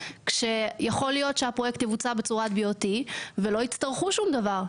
כשיכול להיות שהפרויקט יבוצע בצורת BOT ולא יצטרכו שום דבר.